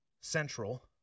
central